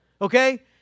okay